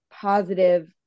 positive